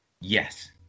Yes